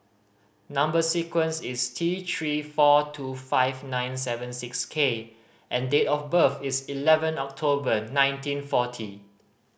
number sequence is T Three four two five nine seven six K and date of birth is eleven October nineteen forty